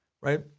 right